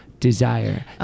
Desire